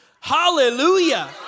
hallelujah